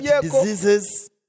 diseases